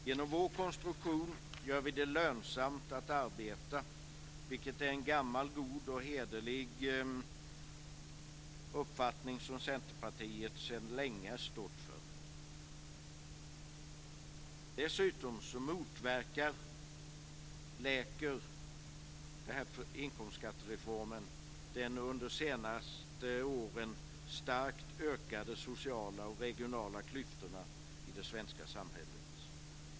Genom vår konstruktion gör vi det lönsamt att arbeta. Det är en gammal god och hederlig uppfattning som Centerpartiet sedan länge har stått för. Inkomstskattereformen motverkar och läker de under de senaste åren starkt ökade sociala och regionala klyftorna i det svenska samhället.